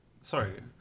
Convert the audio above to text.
Sorry